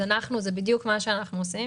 זה בדיוק מה שאנחנו עושים.